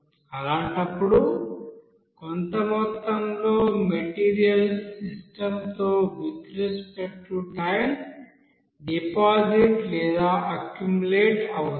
అలాంటప్పుడు కొంత మొత్తంలో మెటీరియల్స్ సిస్టం లో with respect to time deposit లేదా అక్యుములేట్ అవుతాయి